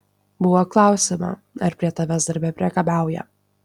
buvo klausiama ar prie tavęs darbe priekabiauja